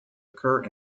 occur